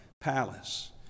palace